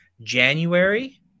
January